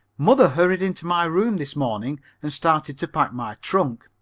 mother hurried into my room this morning and started to pack my trunk.